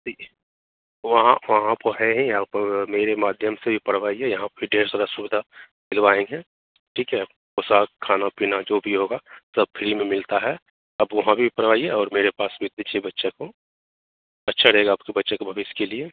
ठीक है वहाँ वहाँ तो हैं ही आप मेरे माध्यम से भी पढ़वाइए यहाँ पर ढेर सारा सुविधा दिलवाए हैं ठीक है और साथ खाना पीना जो भी होगा सब फ्री में मिलता है आप वहाँ भी पढ़वाइए और मेरे पास भी भेजिए बच्चा को अच्छा रहेगा आपके बच्चे के भविष्य के लिए